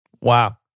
Wow